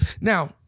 now